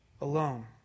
Alone